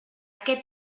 què